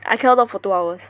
I cannot log for two hours